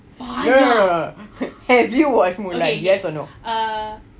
no no no have you watched mulan yes or no